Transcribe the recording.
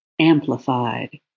amplified